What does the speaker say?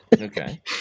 Okay